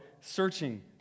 searching